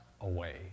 away